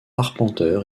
arpenteur